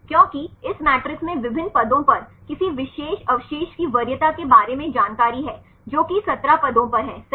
क्योंकि इस मैट्रिक्स में विभिन्न पदों पर किसी विशेष अवशेष की वरीयता के बारे में जानकारी है जो कि 17 पदों पर है सही